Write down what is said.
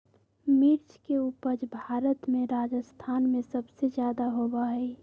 मिर्च के उपज भारत में राजस्थान में सबसे ज्यादा होबा हई